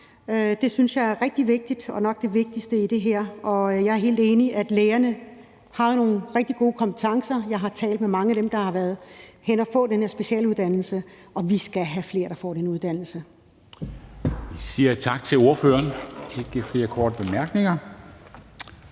Det synes jeg er rigtig vigtigt og nok det vigtigste i det her. Og jeg er helt enig i, at lægerne har nogle rigtig gode kompetencer. Jeg har talt med mange af dem, der har været henne og få den her specialuddannelse, og vi skal have flere, der får den uddannelse. Kl. 10:38 Formanden (Henrik Dam Kristensen):